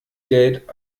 geld